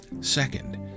Second